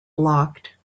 blocked